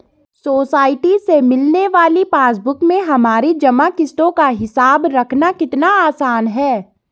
society से मिलने वाली पासबुक में हमारी जमा किश्तों का हिसाब रखना कितना आसान है